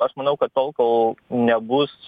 aš manau kad tol kol nebus